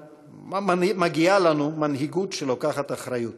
מגיעה לנו מנהיגות שלוקחת אחריות.